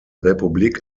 republik